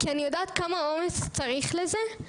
כי אני יודעת כמה אומץ צריך לזה.